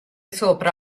sopra